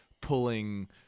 pulling